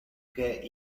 que